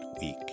week